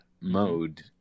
mode